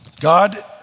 God